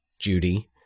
Judy